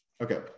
Okay